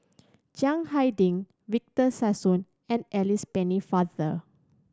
Chiang Hai Ding Victor Sassoon and Alice Pennefather